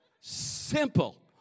Simple